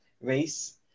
race